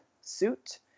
suit